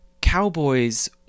cowboys